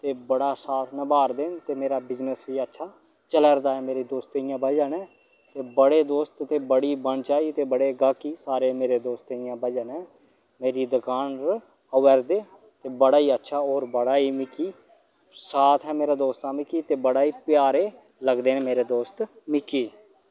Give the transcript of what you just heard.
ते बड़ा साथ नभा'रदे दे न ते मेरा बिजनेस बी अच्छा चलै करदा ऐ मेरे दोस्तें दी वजहा ने ते बड़े दोस्त ते बड़ी बनचाही ते बड़े गाह्की सारे मेरे दोस्तें दियां वजह न मेरी दकाने'र आवे'रदे ते बड़ा ही अच्छा होर बड़ा ही मिगी साथ ऐ मेरे दोस्तें दा मिकी ते बड़ा ही प्यारे लगदे न मेरे दोस्त मिकी